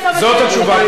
זאת התשובה.